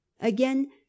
Again